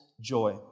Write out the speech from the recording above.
joy